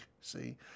see